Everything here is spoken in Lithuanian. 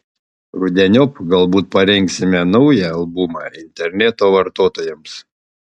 rudeniop galbūt parengsime naują albumą interneto vartotojams